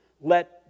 Let